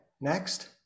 next